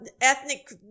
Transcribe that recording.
ethnic